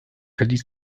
verließ